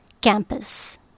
campus